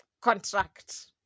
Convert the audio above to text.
contract